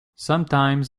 sometimes